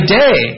day